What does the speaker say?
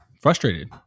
frustrated